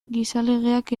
gizalegeak